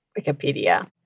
Wikipedia